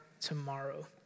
tomorrow